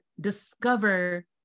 discover